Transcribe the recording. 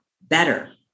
better